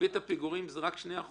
ריבית הפיגורים היא רק 2%?